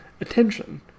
attention